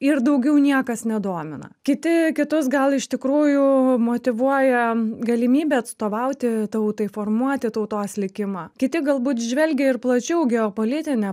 ir daugiau niekas nedomina kiti kitus gal iš tikrųjų motyvuoja galimybė atstovauti tautai formuoti tautos likimą kiti galbūt žvelgia ir plačiau geopolitine